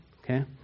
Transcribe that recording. okay